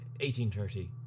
1830